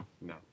No